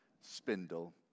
spindle